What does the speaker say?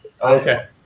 okay